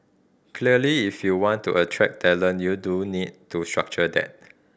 clearly if you want to attract talent you do need to structure that